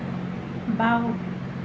বাঁও